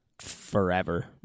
forever